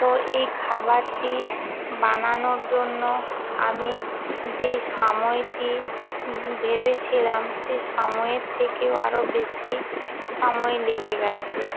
তো এই খাবারটি বানানোর জন্য আমি যেই সময়টি ভেবেছিলাম সে সময়ের থেকেও আরও বেশি সময় লেগে গেছে